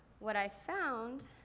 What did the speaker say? what i found